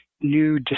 new